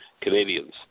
Canadians